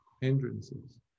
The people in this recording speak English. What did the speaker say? hindrances